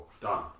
Done